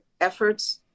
efforts